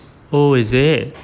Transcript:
or is it